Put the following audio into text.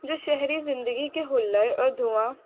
جو شہری زندگی کے ہلڑ اور دھواں